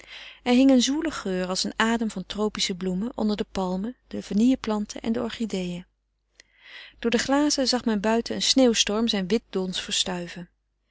er hing een zwoele geur als een adem van tropische bloemen onder de palmen de vanille planten en de orchideeën door de glazen zag men buiten een sneeuwstorm zijn wit dons verstuiven